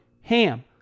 HAM